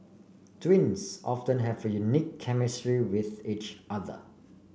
twins often have unique chemistry with each other